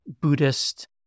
Buddhist